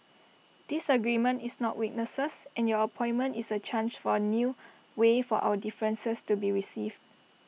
disagreement is not weakness and your appointment is A chance for A new way for our differences to be received